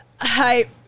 hi